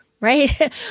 right